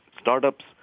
startups